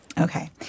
Okay